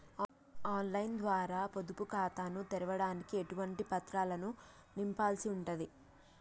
On line ద్వారా పొదుపు ఖాతాను తెరవడానికి ఎటువంటి పత్రాలను నింపాల్సి ఉంటది?